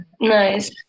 nice